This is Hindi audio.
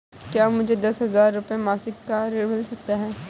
क्या मुझे दस हजार रुपये मासिक का ऋण मिल सकता है?